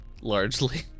largely